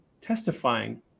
testifying